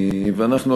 ואנחנו,